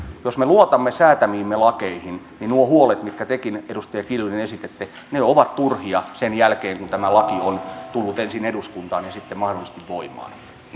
jos me luotamme säätämiimme lakeihin niin nuo huolet mitkä tekin edustaja kiljunen esititte ovat turhia sen jälkeen kun tämä laki on tullut ensin eduskuntaan ja sitten mahdollisesti voimaan